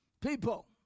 People